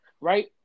right